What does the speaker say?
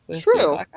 True